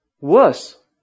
worse